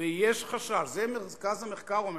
ו"יש חשש" זה מרכז המחקר אומר,